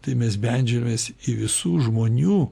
tai mes beldžiamės į visų žmonių